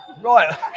Right